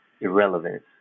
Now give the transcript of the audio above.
irrelevance